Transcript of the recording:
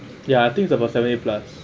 ya I think is about seventy plus